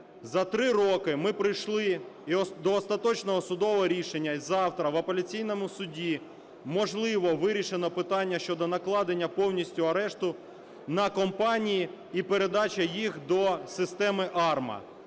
За 3 роки ми прийшли до остаточного судового рішення, і завтра в Апеляційному суді можливо вирішено питання щодо накладення повністю арешту на компанії і передача їх до системи АРМА.